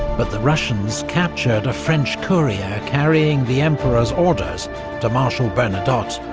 but the russians captured a french courier carrying the emperor's orders to marshal bernadotte.